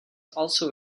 also